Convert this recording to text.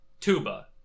Tuba